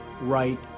right